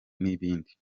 n’ibindi